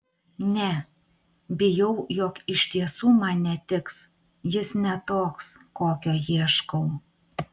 ne bijau jog iš tiesų man netiks jis ne toks kokio ieškau